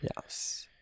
Yes